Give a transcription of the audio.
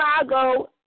Chicago